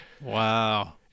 Wow